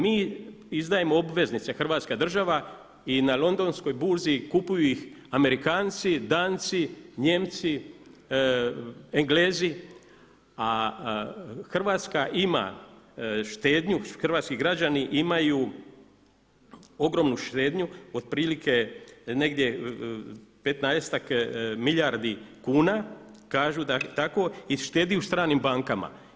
Mi izdajemo obveznice, Hrvatska država i na londonskoj burzi kupuju ih Amerikanci, Danci, Nijemci, Englezi a Hrvatska ima štednju, Hrvatski građani imaju ogromnu štednju otprilike negdje 15-ak milijardi kuna kažu da tako i štede u stranim bankama.